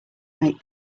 make